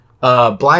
Blind